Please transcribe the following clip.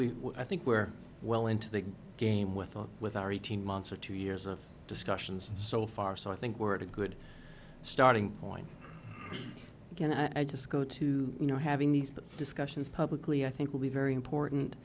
we i think we're well into the game with a lot with our eighteen months or two years of discussions so far so i think we're at a good starting point again i just go to you know having these but discussions publicly i think will be very important